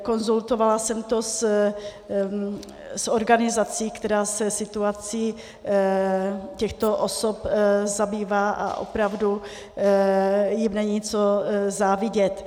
Konzultovala jsem to s organizací, která se situací těchto osob zabývá, a opravdu jim není co závidět.